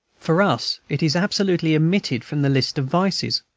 for us it is absolutely omitted from the list of vices.